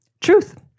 Truth